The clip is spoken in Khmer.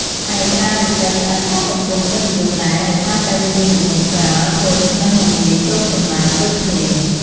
ឯ ក្ដារឫស្សីស្អិតក៏កំពុងពេញនិយមដែរ ដោយសារតែវាមានទម្ងន់ស្រាល ធន់ និងមិនងាយស្រូបសំណើមដូចគ្នា។